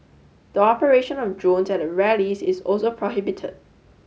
the operation of drones at the rallies is also prohibited